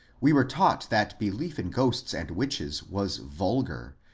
we were taught that belief in ghosts and witches was vulgar,